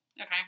okay